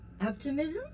Optimism